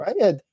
right